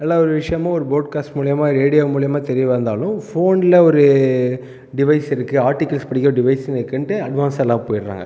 எல்லா ஒரு விஷயமும் ஒரு போட்கேஸ்ட் மூலயமா ரேடியோ மூலயமா தெரிய வந்தாலும் ஃபோனில் ஒரு டிவைஸ் இருக்குது ஆர்டிகில்ஸ் படிக்க டிவைஸ் இருக்குண்டு அட்வான்ஸாக எல்லாம் போயிடறாங்க